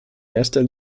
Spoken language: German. erster